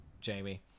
Jamie